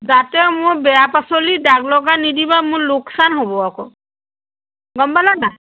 যাতে মোৰ বেয়া পাচলি দাগ লগা নিদিবা মোৰ লোকচান হ'ব আকৌ গম পালে নাই